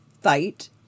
fight